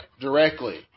directly